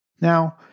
Now